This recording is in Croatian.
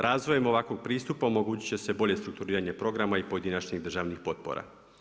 Razvojem ovakvog pristupa omogućit će se bolje strukturiranje programa i pojedinačnih državnih potpora.